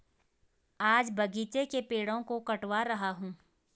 आज बगीचे के पेड़ों को कटवा रहा हूं